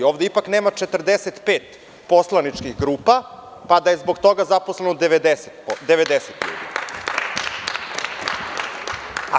Ovde ipak nema 45 poslaničkih grupa, pa da je zbog toga zaposleno 90 ljudi.